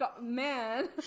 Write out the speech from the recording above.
man